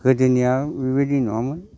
गोदोनिया बेबायदि नङामोन